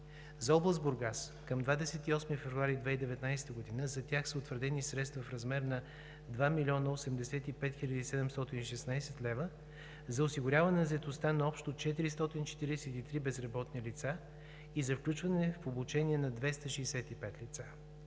За област Бургас към 28 февруари 2019 г. за тях са утвърдени средства в размер на 2 млн. 85 хил. 716 лв. за осигуряване на заетостта на общо 443 безработни лица и за включване в „Обучение“ на 265 лица.